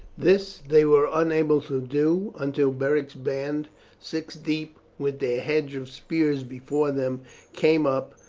this they were unable to do, until beric's band six deep with their hedge of spears before them came up,